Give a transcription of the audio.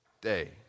day